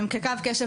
כקו קשב,